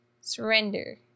surrender